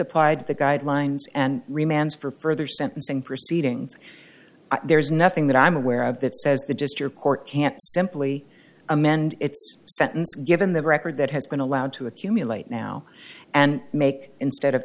misapplied the guidelines and remains for further sentencing proceedings there's nothing that i'm aware of that says that just your court can't simply amend its sentence given the record that has been allowed to accumulate now and make instead of